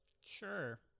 Sure